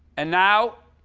and now